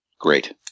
Great